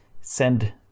send